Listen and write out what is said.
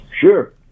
Sure